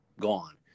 gone